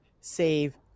save